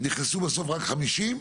ובסוף נכנסו רק 50 תקנים,